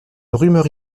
rumeur